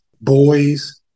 boys